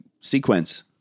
sequence